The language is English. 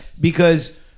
because